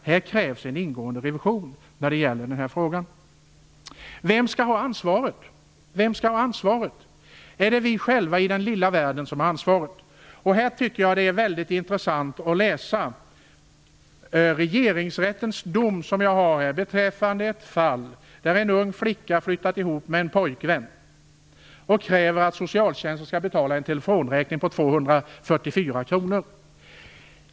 Här krävs en ingående revision. Vem skall ha ansvaret? Är det vi själva i den lilla världen som har ansvaret? Det är med anledning av den frågan väldigt intressant att läsa Regeringsrättens dom beträffande ett fall där en ung flicka har flyttat ihop med en pojkvän och kräver att socialtjänsten skall betala en telefonräkning på 244 kr.